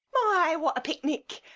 my, what a picnic!